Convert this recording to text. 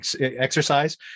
exercise